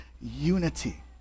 unity